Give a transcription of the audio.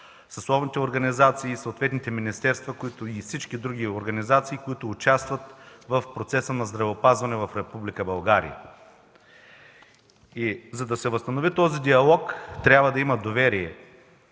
съсловните организации, съответните министерства и всички други организации, които участват в процеса на здравеопазване в Република България. За да се възстанови този диалог трябва да има доверие